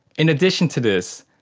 in addition to this,